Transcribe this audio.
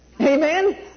Amen